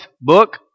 Book